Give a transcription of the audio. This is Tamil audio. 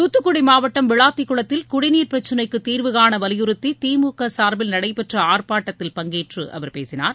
தூத்துக்குடி மாவட்டம் விளாத்திக் குளத்தில் குடிநீர் பிரச்சினைக்கு தீர்வு காண வலியுறுத்தி திமுக சார்பில் நடைபெற்ற ஆர்ப்பாட்டத்தில் பங்கேற்று அவர் பேசினார்